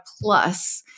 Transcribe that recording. plus